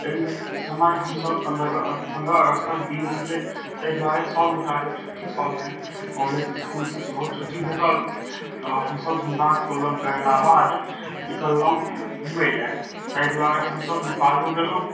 एहि समय हमसब पन्द्रह पन्द्रह अगस्त तक दिन छलै ताहि दुआरे सब गोटाके छुट्टी छल हन कॉलेज इसकुलसँ सेहो छुट्टी भेटल तऽ हमसब झण्डोतोलन केयला बाद निकललहुॅं घुमै लए ताहि दुआरे हमसब नेपालो गेलहुॅं